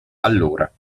allora